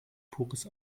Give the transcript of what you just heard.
pures